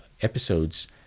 episodes